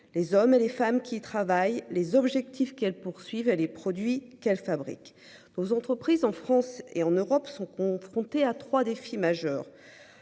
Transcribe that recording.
les hommes et les femmes qui travaillent les objectifs qu'elle poursuivait les produits qu'elle fabrique aux entreprises en France et en Europe sont confrontés à 3 défis majeurs.